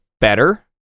better